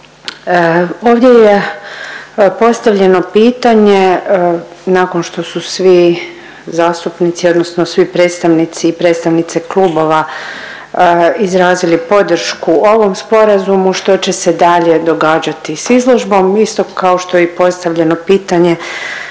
Ovdje je postavljeno pitanje, nakon što su svi zastupnici odnosno svi predstavnici i predstavnice klubova izrazili podršku ovom Sporazumu, što će se dalje događati s izložbom, isto kao što je i postavljano pitanje